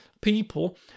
people